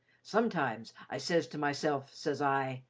sometimes i says to myself, says i,